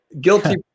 guilty